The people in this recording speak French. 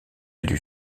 lui